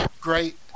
great